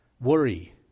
Worry